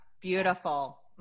Beautiful